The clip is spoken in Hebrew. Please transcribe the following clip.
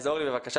אורלי, בבקשה